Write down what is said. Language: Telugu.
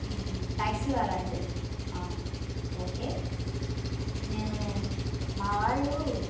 ట్యాక్సీవాలా అండి ఓకే నేను మా వాళ్ళు